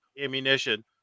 ammunition